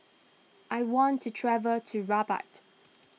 I want to travel to Rabat